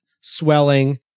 swelling